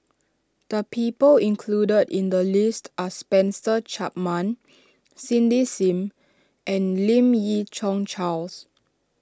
the people included in the list are Spencer Chapman Cindy Sim and Lim Yi Yong Charles